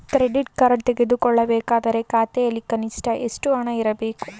Credit card ತೆಗೆದುಕೊಳ್ಳಬೇಕಾದರೆ ಖಾತೆಯಲ್ಲಿ ಕನಿಷ್ಠ ಎಷ್ಟು ಹಣ ಇರಬೇಕು?